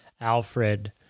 Alfred